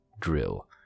drill